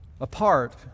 apart